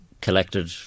collected